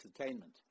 entertainment